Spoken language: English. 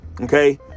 Okay